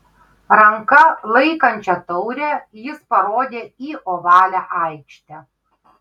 ranka laikančia taurę jis parodė į ovalią aikštę